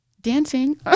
Dancing